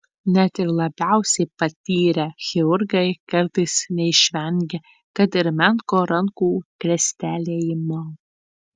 net ir labiausiai patyrę chirurgai kartais neišvengia kad ir menko rankų krestelėjimo